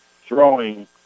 throwing